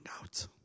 out